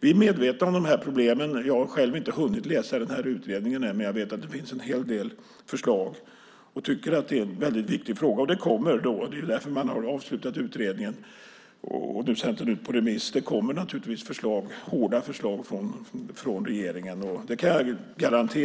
Vi är medvetna om problemen. Jag har själv inte hunnit läsa utredningen, men vet att det finns en hel del förslag och tycker att det är en väldigt viktig fråga. Det kommer naturligtvis hårda förslag från regeringen. Det är därför man har avslutat utredningen och sänt ut den på remiss.